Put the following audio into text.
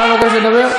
אתה מבקש לדבר?